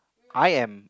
I am